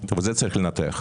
את זה צריך לנתח.